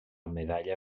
medalla